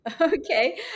okay